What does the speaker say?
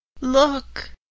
look